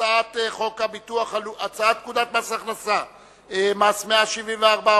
הצעת חוק לתיקון פקודת מס הכנסה (מס' 174,